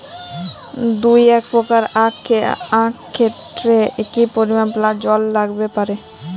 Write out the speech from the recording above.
দুই একর আক ক্ষেতে কি পরিমান জল লাগতে পারে?